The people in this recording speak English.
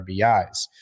RBIs